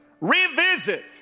Revisit